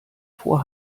vor